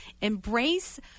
Embrace